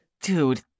Dude